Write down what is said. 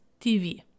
TV